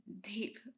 deep